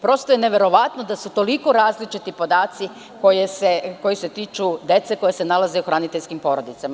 Prosto je neverovatno da su toliko različiti podaci koji se tiču dece koja se nalaze u hraniteljskim porodicama.